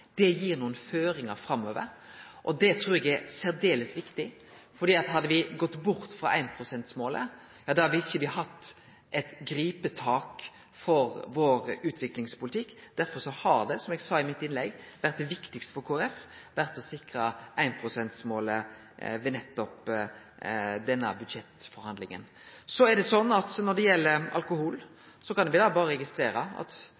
Det gir nokre føringar framover, og det trur eg er særdeles viktig. Hadde me gått bort frå 1 pst.-målet, ville me ikkje hatt eit gripetak for utviklingspolitikken vår. Som eg sa i innlegget mitt, har det viktigaste for Kristeleg Folkeparti i denne budsjettforhandlinga vore å sikre 1 pst.-målet. Når det gjeld alkohol, kan eg berre registrere at